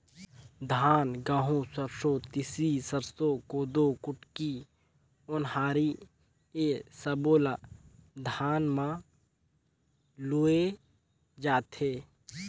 धान, गहूँ, सरसो, तिसी, सरसो, कोदो, कुटकी, ओन्हारी ए सब्बो ल धान म लूए जाथे